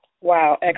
Wow